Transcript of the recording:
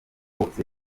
wose